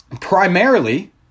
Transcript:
primarily